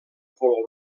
color